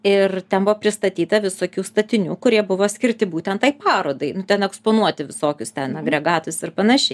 ir ten buvo pristatyta visokių statinių kurie buvo skirti būtent tai parodai ten eksponuoti visokius ten regatus ir panaši